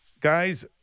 guys